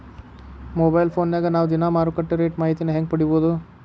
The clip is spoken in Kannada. ಮೊಬೈಲ್ ಫೋನ್ಯಾಗ ನಾವ್ ದಿನಾ ಮಾರುಕಟ್ಟೆ ರೇಟ್ ಮಾಹಿತಿನ ಹೆಂಗ್ ಪಡಿಬೋದು?